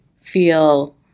feel